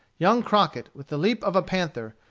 young crockett, with the leap of a panther,